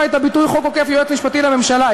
את הביטוי "חוק עוקף יועץ משפטי לממשלה".